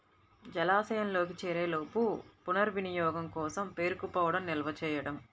జలాశయంలోకి చేరేలోపు పునర్వినియోగం కోసం పేరుకుపోవడం నిల్వ చేయడం